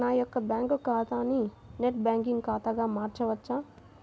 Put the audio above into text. నా యొక్క బ్యాంకు ఖాతాని నెట్ బ్యాంకింగ్ ఖాతాగా మార్చవచ్చా?